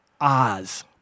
Oz